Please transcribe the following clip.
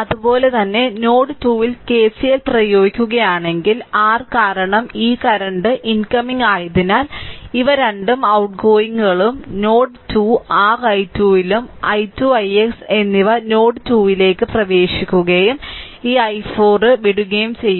അതുപോലെ തന്നെ നോഡ് 2 ൽ KCL പ്രയോഗിക്കുകയാണെങ്കിൽ r കാരണം ഈ കറന്റ് ഇൻകമിംഗ് ആയതിനാൽ ഇവ 2 ഔട്ഗോഇങ്ങും നോഡ് 2 r i2 ലും i2 ix എന്നിവ നോഡ് 2 ലേക്ക് പ്രവേശിക്കുകയും ഈ i4 വിടുകയും ചെയ്യുന്നു